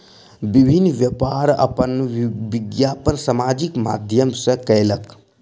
विभिन्न व्यापार अपन विज्ञापन सामाजिक माध्यम सॅ कयलक